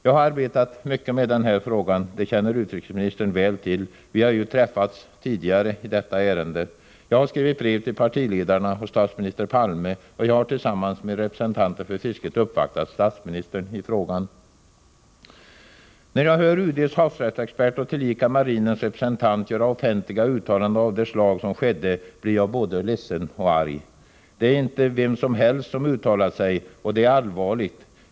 Jag har arbetat mycket med den här frågan. Det känner utrikesministern väl till. Vi har ju träffats tidigare i detta ärende. Jag har skrivit brev till partiledarna och statsminister Palme, och jag har tillsammans med representanter för fisket uppvaktat statsministern i frågan. När jag hör UD:s havsrättsexpert och tillika marinens representant göra officiella uttalanden av det slag som skedde blir jag både ledsen och arg. Det är inte vem som helst som uttalat sig, och det är allvarligt.